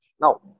now